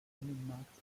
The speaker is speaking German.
binnenmarkts